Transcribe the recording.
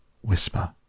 whisper